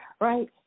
Right